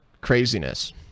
craziness